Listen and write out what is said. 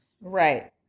Right